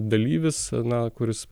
dalyvis na kuris